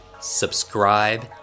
subscribe